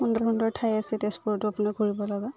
সুন্দৰ সুন্দৰ ঠাই আছে তেজপুৰত আপোনাক ফুৰিব লগা